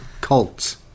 cults